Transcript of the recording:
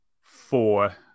four